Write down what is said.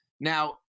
Now